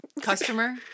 customer